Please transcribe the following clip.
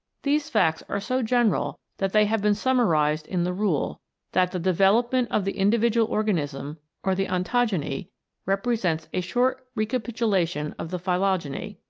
these facts are so general that they have been summarised in the rule that the development of the individual organism or the ontogeny represents a short re capitulation of the phytogeny.